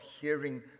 hearing